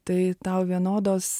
tai tau vienodos